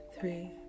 three